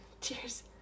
Cheers